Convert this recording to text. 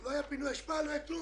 לא היה פינוי אשפה, לא היה כלום.